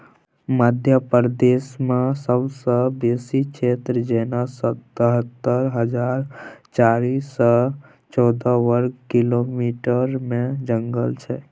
मध्य प्रदेशमे सबसँ बेसी क्षेत्र जेना सतहत्तर हजार चारि सय चौदह बर्ग किलोमीटरमे जंगल छै